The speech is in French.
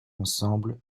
ensemble